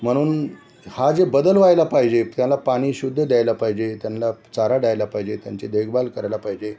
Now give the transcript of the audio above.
म्हणून हा जे बदल व्हायला पाहिजे त्याला पाणी शुद्ध द्यायला पाहिजे त्यांना चारा द्यायला पाहिजे त्यांची देखभाल करायला पाहिजे